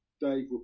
Dave